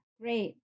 great